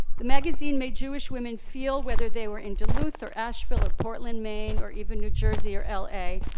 the magazine made jewish women feel, whether they were in deluth or ashville or portland, maine, or even new jersey or l a,